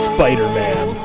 Spider-Man